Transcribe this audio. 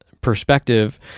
perspective